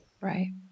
Right